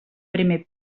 primer